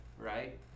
right